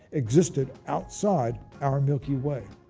existed outside our milky way.